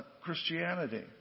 Christianity